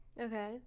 Okay